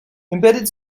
embedded